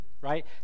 right